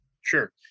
Sure